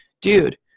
dude